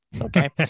Okay